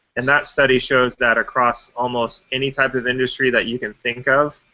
and that study shows that across almost any type of industry that you can think of,